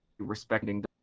respecting